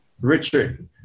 Richard